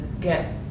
get